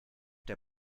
der